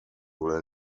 will